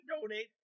donate